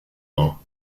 law